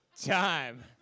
Time